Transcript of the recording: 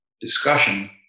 discussion